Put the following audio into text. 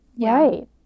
Right